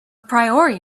priori